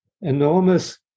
enormous